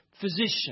physician